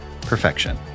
perfection